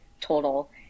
total